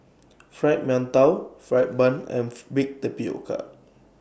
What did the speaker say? Fried mantou Fried Bun and Baked Tapioca